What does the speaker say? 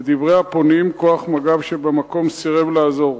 לדברי הפונים, כוח מג"ב שהיה במקום סירב לעזור.